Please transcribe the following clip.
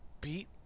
beat